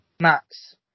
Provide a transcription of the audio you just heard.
Max